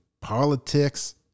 politics